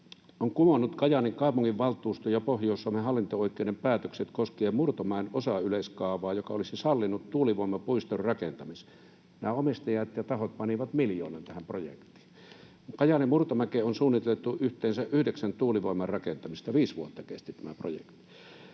on kumonnut Kajaanin kaupunginvaltuuston ja Pohjois-Suomen hallinto-oikeuden päätökset koskien Murtomäen osayleiskaavaa, joka olisi sallinut tuulivoimapuiston rakentamisen. Nämä omistajat ja tahot panivat miljoonan tähän projektiin. Kajaanin Murtomäkeen on suunniteltu yhteensä yhdeksän tuulivoiman rakentamista — viisi vuotta kesti tämä projekti.